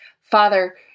Father